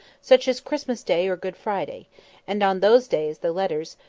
such as christmas day or good friday and on those days the letters,